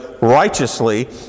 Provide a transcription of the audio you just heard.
righteously